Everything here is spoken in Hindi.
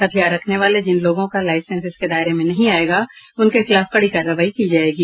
हथियार रखने वाले जिन लोगों का लाईसेंस इसके दायरे में नहीं आयेगा उनके खिलाफ कड़ी कार्रवाई की जायेगी